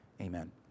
Amen